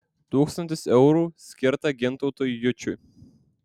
tūkstantis eurų skirta gintautui jučiui